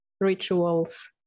rituals